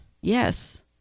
Yes